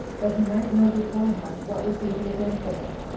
that he might know beforehand what would be the event of it.